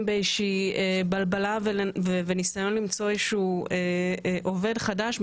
באיזושהי בלבלה וניסיון למצוא איזשהו עובד חדש,